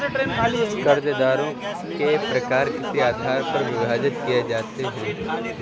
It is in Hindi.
कर्जदारों के प्रकार किस आधार पर विभाजित किए जाते हैं?